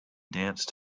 danced